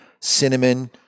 cinnamon